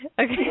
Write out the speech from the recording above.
Okay